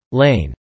lane